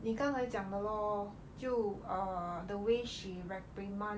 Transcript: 你刚才讲的 lor 就